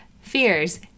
fears